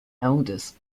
elders